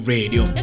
Radio